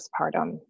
postpartum